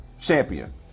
Champion